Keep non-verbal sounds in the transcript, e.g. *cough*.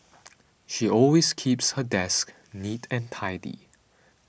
*noise* she always keeps her desk neat and tidy